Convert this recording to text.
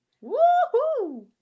Woo-hoo